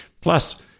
plus